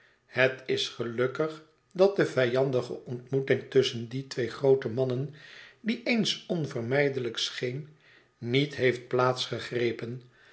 het is gelukkig dat de vijandige ontmoeting tusschen die twee groote mannen die eens onvermijdelijk scheen niet heeft plaats gegrepen